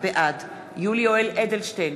בעד יולי יואל אדלשטיין,